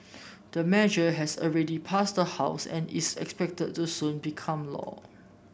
the measure has already passed the House and is expected to soon become law